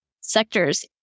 sectors